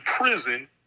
prison